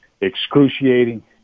Excruciating